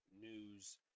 News